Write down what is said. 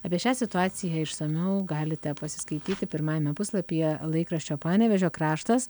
apie šią situaciją išsamiau galite pasiskaityti pirmajame puslapyje laikraščio panevėžio kraštas